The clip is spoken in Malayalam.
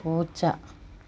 പൂച്ച